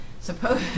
Suppose